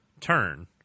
turn